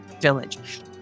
village